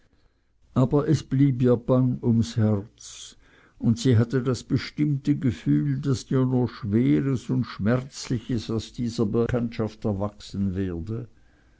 aber es blieb ihr bang ums herz und sie hatte das bestimmte gefühl daß ihr nur schweres und schmerzliches aus dieser bekanntschaft erwachsen werde